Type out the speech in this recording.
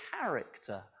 character